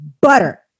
butter